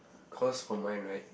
cause for mine right